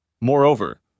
Moreover